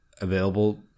available